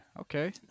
okay